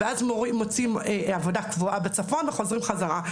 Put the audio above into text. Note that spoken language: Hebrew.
ואז מוצאים עבודה קבועה בצפון וחוזרים חזרה,